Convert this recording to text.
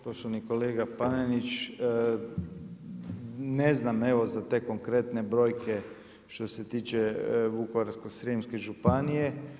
Poštovani kolega Panenić, ne znam evo za te konkretne brojke što se tiče Vukovarsko-srijemske županije.